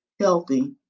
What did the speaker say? healthy